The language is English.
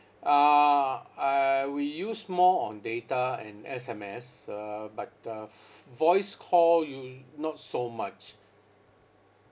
uh uh we use more on data and S_M_S uh but uh v~ voice call use not so much